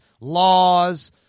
laws